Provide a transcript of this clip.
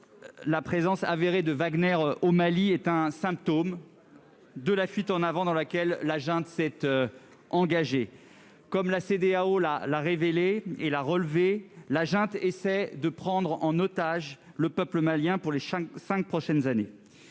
la présence avérée du groupe Wagner au Mali est un symptôme de la fuite en avant dans laquelle la junte s'est engagée. Comme la Cédéao l'a relevé, la junte tente de prendre en otage le peuple malien pour les cinq prochaines années.